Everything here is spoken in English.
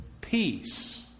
peace